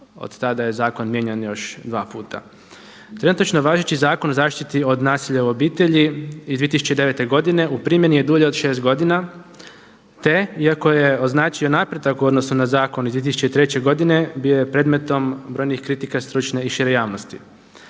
od tada je zakon mijenjan još dva puta. Trenutačno važeći Zakon o zaštiti od nasilja u obitelji i 2009. godine u primjeni je dulje od 6 godina te iako je označio napreda u odnosu na zakon iz 2003. godine bio je predmetom brojnih kritika stručne i šire javnosti.